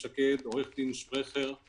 יחד עם זה הוא רוכש בדיקה והוא רוכש ביטוח.